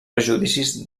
prejudicis